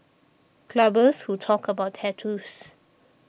clubbers who talk about tattoos